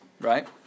right